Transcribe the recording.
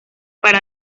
para